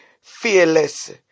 fearless